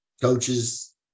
coaches